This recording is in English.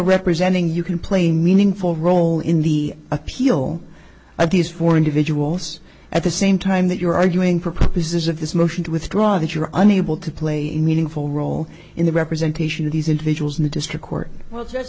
representing you can play a meaningful role in the appeal of these four individuals at the same time that you're arguing for purposes of this motion to withdraw that you're unable to play in meaningful role in the representation of these individuals in the district court well just